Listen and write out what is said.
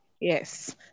Yes